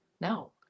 No